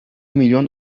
milyon